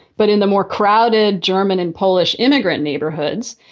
but in the more crowded german and polish immigrant neighborhoods,